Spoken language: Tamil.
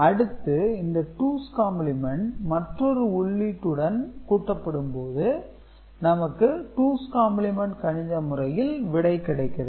அடுத்து இந்த டூஸ் காம்பிளிமெண்ட் மற்றொரு உள்ளீட்டுடன் கூட்டப்படும் போது நமக்கு டூஸ் காம்ப்ளிமென்ட் கணித முறையில் விடை கிடைக்கிறது